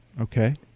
Okay